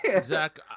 Zach